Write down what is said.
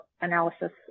analysis